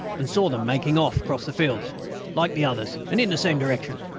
and saw them making off across the fields like the others and in the same direction.